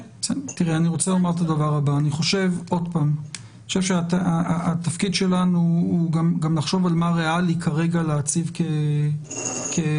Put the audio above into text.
אני חושב שהתפקיד שלנו הוא גם לחשוב מה ריאלי כרגע להציב כדרישה,